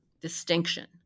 distinction